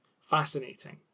fascinating